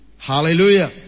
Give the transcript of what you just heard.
Hallelujah